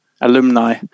alumni